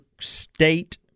State